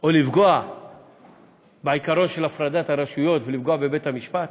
או לפגוע בעיקרון של הפרדת הרשויות ולפגוע בבית המשפט?